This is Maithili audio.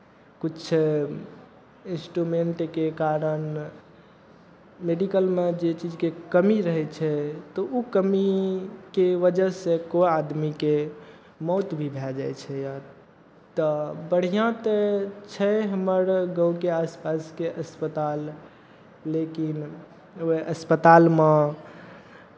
किछु इंस्ट्रूमेंटके कारण मेडीकलमे जे चीजके कमी रहै छै तऽ ओ कमीके वजहसँ कोइ आदमीके मौत भी भए जाइ छै तऽ बढ़िआँ तऽ छै हमर गाँवके आस पासके अस्पताल लेकिन उएह अस्पतालमे